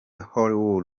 hollywood